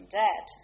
dead